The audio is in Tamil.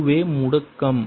அதுவே முடுக்கம்